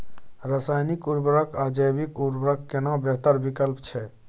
रसायनिक उर्वरक आ जैविक उर्वरक केना बेहतर विकल्प छै?